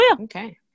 Okay